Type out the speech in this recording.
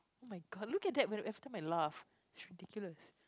oh-my-god look at that after my laugh it's ridiculous